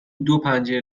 دوپنجره